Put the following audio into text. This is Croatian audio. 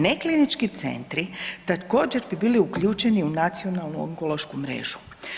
Neklinički centri također bi bili uključeni u nacionalnu onkološku mrežu.